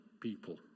people